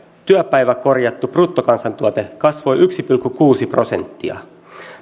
työpäiväkorjattu bruttokansantuote kasvoi yksi pilkku kuusi prosenttia